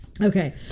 okay